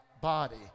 body